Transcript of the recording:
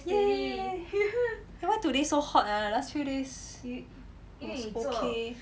!yay! eh why today so hot ah last few days okay